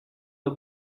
the